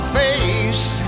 face